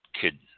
kid –